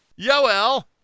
Yoel